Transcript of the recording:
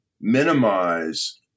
minimize